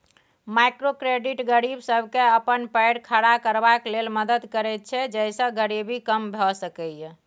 micro credit गरीब सबके अपन पैर खड़ा करबाक लेल मदद करैत छै जइसे गरीबी कम भेय सकेए